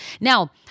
Now